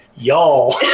Y'all